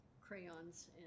crayons